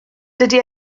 dydy